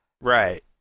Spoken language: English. Right